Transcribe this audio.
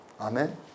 Amen